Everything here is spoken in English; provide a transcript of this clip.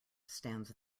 stands